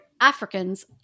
Africans